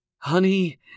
Honey